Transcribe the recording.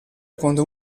quando